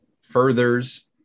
furthers